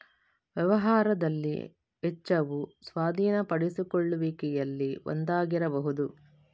ವ್ಯವಹಾರದಲ್ಲಿ ವೆಚ್ಚವು ಸ್ವಾಧೀನಪಡಿಸಿಕೊಳ್ಳುವಿಕೆಯಲ್ಲಿ ಒಂದಾಗಿರಬಹುದು